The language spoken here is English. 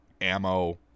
ammo